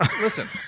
Listen